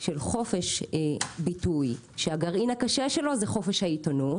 של חופש ביטוי שהגרעין הקשה שלו זה חופש העיתונות,